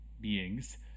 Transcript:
beings